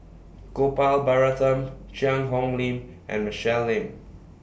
Gopal Baratham Cheang Hong Lim and Michelle Lim